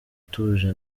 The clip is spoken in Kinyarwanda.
tuje